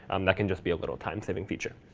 um that can just be a little time saving feature.